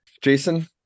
jason